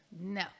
No